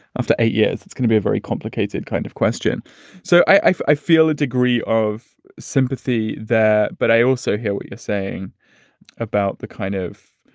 after eight years, it's going to be a very complicated kind of question so i i feel a degree of sympathy that. but i also hear what you're saying about the kind of,